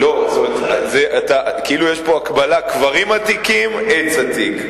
לא, כאילו יש פה הקבלה, קברים עתיקים, עץ עתיק.